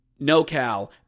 NoCal